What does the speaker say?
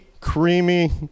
creamy